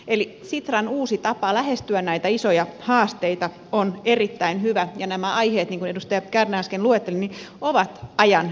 eli sitran uusi tapa lähestyä näitä isoja haasteita on erittäin hyvä ja nämä aiheet jotka edustaja kärnä äsken luetteli ovat ajan hermolla